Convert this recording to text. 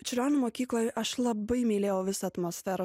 čiurlionio mokykloj aš labai mylėjau visą atmosferą